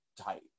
tight